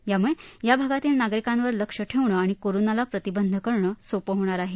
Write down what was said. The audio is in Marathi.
यामुळे त्या भागातील नागरिकांवर लक्ष ठेवणं आणि कोरोनाला प्रतिबंध करणं सोपे होणार आहे